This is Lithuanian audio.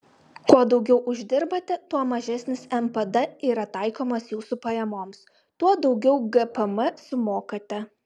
kuo daugiau uždirbate tuo mažesnis npd yra taikomas jūsų pajamoms tuo daugiau gpm sumokate